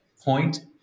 point